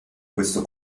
questo